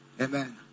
Amen